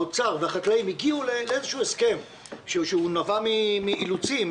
משרד האוצר והחקלאים הגיעו לאיזה הסכם שנבע מאילוצים,